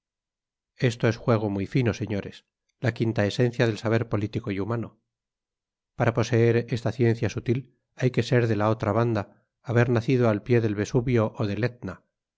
esto es juego muy fino señores la quinta esencia del saber político y humano para poseer esta ciencia sutil hay que ser de la otra banda haber nacido al pie del vesubio o del etna